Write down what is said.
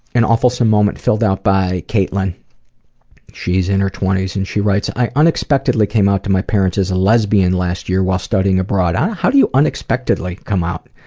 an awfulsome moment filled out by katelyn. she's in her twenty s and she writes i unexpectedly came out to my parents as a lesbian last year while studying abroad. how do you unexpectedly come out?